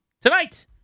tonight